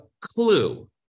clue